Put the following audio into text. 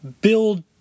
build